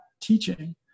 teaching